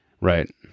Right